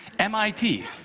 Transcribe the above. mit,